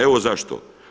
Evo zašto.